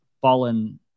fallen